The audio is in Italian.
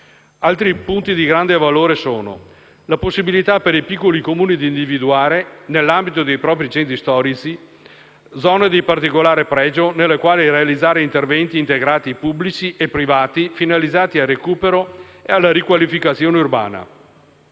Altri punti di grande valore sono: la possibilità per i piccoli Comuni di individuare, nell'ambito dei propri centri storici, zone di particolare pregio nelle quali realizzare interventi integrati pubblici e privati finalizzati al recupero e alla riqualificazione urbana;